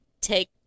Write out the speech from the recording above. Take